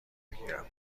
بگیرم